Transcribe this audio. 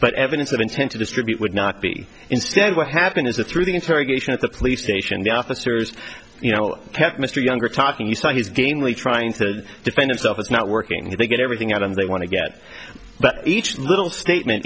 but evidence of intent to distribute would not be instead what happened is that through the interrogation at the police station the officers you know kept mr younger talking you saw his gamely trying to defend himself it's not working they get everything out and they want to get but each little statement